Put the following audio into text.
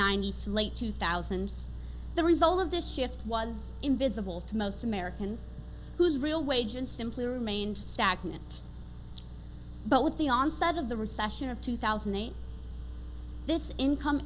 ninety six late two thousand the result of this shift was invisible to most americans whose real wages simply remained stagnant but with the onset of the recession of two thousand and eight this income